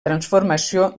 transformació